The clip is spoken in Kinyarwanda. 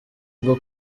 bwo